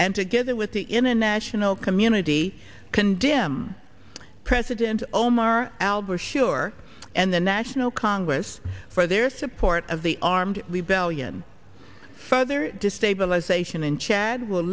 and together with the international community condemn president omar al bashir and the national congress for their support of the armed rebellion further destabilisation in chad will